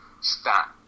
stat